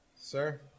Sir